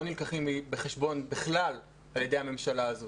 נלקחים בחשבון בכלל על ידי הממשלה הזאת.